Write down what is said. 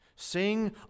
Sing